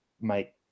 make